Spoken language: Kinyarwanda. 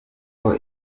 n’uko